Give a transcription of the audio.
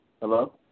Hello